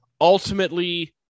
ultimately